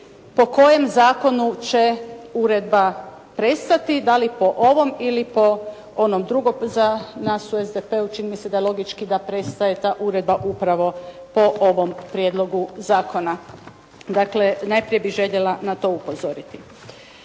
po kojem zakonu će uredba prestati, dali po ovom ili po onom drugom. Za nas u SDP-u čini mi se da je logički da ta uredba prestaje upravo po ovom prijedlogu zakona. Dakle, najprije bih željela na to upozoriti.